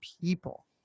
people